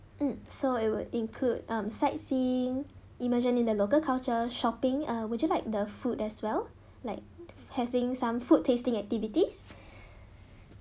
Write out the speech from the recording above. mm so it would include um sightseeing emergent in the local culture shopping uh would you like the food as well like having some food tasting activities